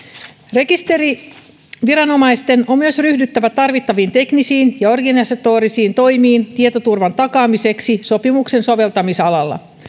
rekisteriviranomaisten on myös ryhdyttävä tarvittaviin teknisiin ja organisatorisiin toimiin tietoturvan takaamiseksi sopimuksen soveltamisalalla